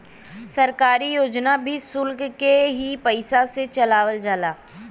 सरकारी योजना भी सुल्क के ही पइसा से चलावल जाला